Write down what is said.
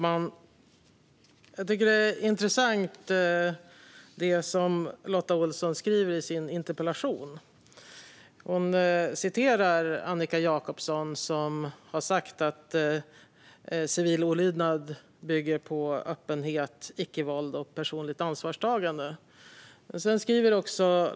Herr talman! Jag tyckte att det som Lotta Olsson skrev i sin interpellation var intressant. Hon citerade Annika Jacobson, som har sagt att civil olydnad bygger på öppenhet, icke-våld och personligt ansvarstagande.